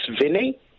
Vinny